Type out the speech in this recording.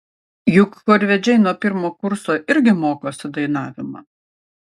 juk chorvedžiai nuo pirmo kurso irgi mokosi dainavimo